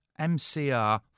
MCR